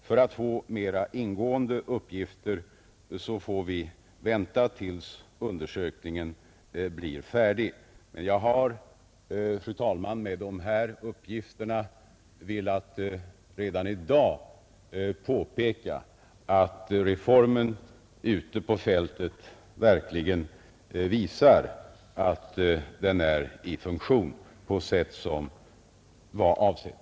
För att få mera ingående uppgifter får vi vänta tills undersökningen blir färdig. Jag har, fru talman, med dessa uppgifter velat påpeka att reformen ute på fältet verkligen visar att den är i funktion på sätt som var avsett.